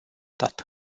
dat